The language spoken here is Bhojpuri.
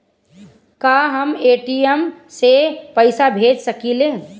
का हम ए.टी.एम से पइसा भेज सकी ले?